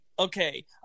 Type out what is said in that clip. Okay